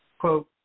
Quote